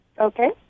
Okay